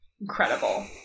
Incredible